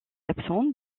absente